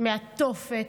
מהתופת,